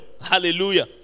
Hallelujah